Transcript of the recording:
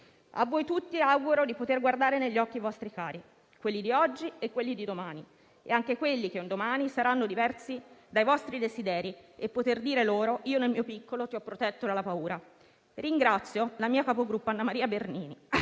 A voi tutti auguro di poter guardare negli occhi i vostri cari, quelli di oggi e quelli di domani, e anche quelli che un domani saranno diversi dai vostri desideri e poter dire loro «io, nel mio piccolo, ti ho protetto dalla paura». Ringrazio la mia capogruppo Anna Maria Bernini,